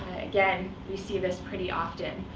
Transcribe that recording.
again, we see this pretty often.